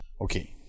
Okay